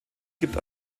gibt